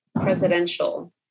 presidential